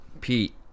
pete